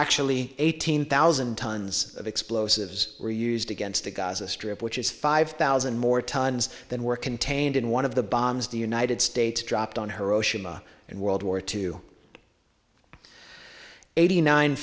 actually eighteen thousand tons of explosives were used against the gaza strip which is five thousand more tons than were contained in one of the bombs the united states dropped on hiroshima in world war two eighty nine